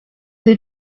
they